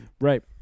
Right